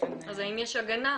אז האם יש הגנה?